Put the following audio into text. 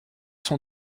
sont